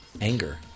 Anger